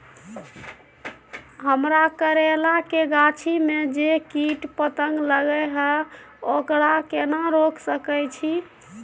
हमरा करैला के गाछी में जै कीट पतंग लगे हैं ओकरा केना रोक सके छी?